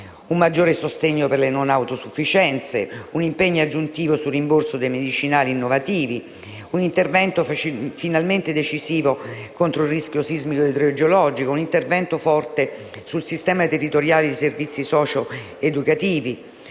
un maggior sostegno per le non autosufficienze; un impegno aggiuntivo sul rimborso dei medicinali innovativi; un intervento finalmente decisivo contro il rischio sismico e idrogeologico; un intervento forte sul sistema territoriale dei servizi socio-educativi,